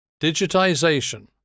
Digitization